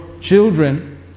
children